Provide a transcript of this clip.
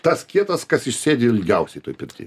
tas kietas kas išsėdi ilgiausiai toj pirty